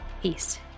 Peace